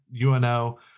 UNO